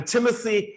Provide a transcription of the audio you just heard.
Timothy